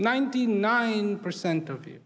ninety nine percent of